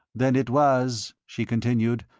then it was, she continued,